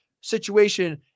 situation